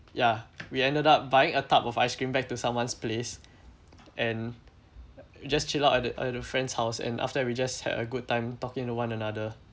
ya we ended up buying a tub of ice cream back to someone's place and just chill out at the at a friend's house and after that we just had a good time talking to one another